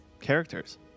characters